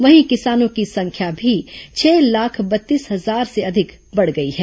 वहीं किसानों की संख्या भी छह लाख बत्तीस हजार से अधिक बढ़ गई है